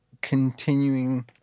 continuing